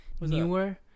newer